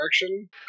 direction